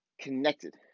connected